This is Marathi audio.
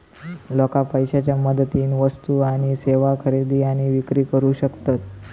लोका पैशाच्या मदतीन वस्तू आणि सेवा खरेदी आणि विक्री करू शकतत